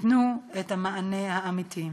ייתנו את המענה האמיתי.